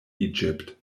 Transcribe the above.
egypt